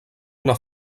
una